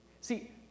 See